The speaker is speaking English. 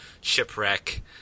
shipwreck